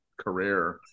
career